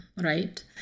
right